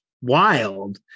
wild